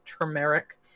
turmeric